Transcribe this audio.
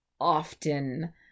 often